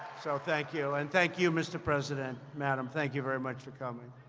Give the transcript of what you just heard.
so thank you. and thank you, mr. president, madam. thank you very much for coming.